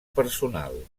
personal